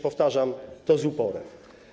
Powtarzam to z uporem.